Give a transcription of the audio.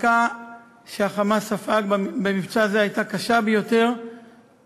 המכה שה"חמאס" ספג במבצע הזה הייתה הקשה ביותר בתולדותיו.